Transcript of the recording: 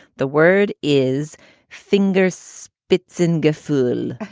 the word is thingor spits in gift, full